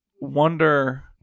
wonder